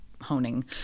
honing